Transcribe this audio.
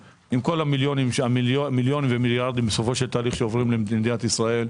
שהמיליונים והמיליארדים שבסופו של תהליך עוברים למדינת ישראל,